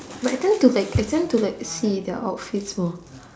but I tend to like I tend to like see their outfits more